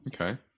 Okay